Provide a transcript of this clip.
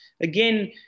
Again